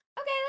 Okay